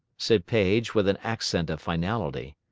said paige, with an accent of finality.